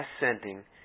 ascending